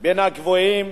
מהגבוהים